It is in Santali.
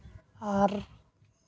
ᱟᱨ